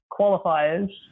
qualifiers